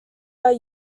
are